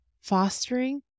fostering